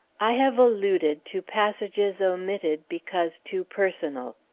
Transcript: i have alluded to passages omitted because too personal.